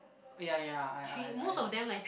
oh ya ya I I I heard